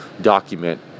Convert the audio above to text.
document